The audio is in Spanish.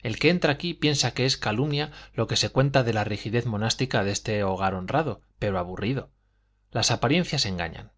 el que entra aquí piensa que es calumnia lo que se cuenta de la rigidez monástica de este hogar honrado pero aburrido las apariencias engañan